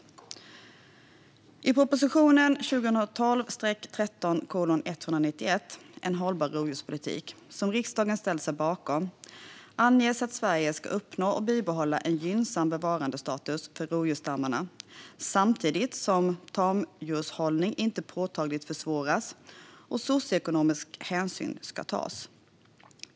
I propositionen 2012/13:191 En hållbar rovdjurspolitik , som riksdagen ställt sig bakom, anges att Sverige ska uppnå och bibehålla en gynnsam bevarandestatus för rovdjursstammarna samtidigt som tamdjurshållning inte påtagligt försvåras och socioekonomisk hänsyn ska tas.